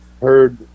heard